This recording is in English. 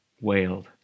wailed